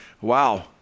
wow